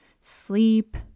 sleep